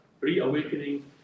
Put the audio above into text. reawakening